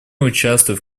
участвует